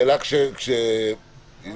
כשאת